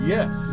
Yes